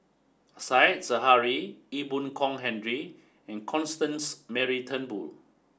Said Zahari Ee Boon Kong Henry and Constance Mary Turnbull